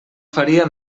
faria